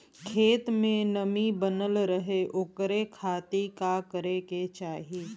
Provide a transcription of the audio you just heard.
खेत में नमी बनल रहे ओकरे खाती का करे के चाही?